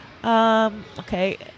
Okay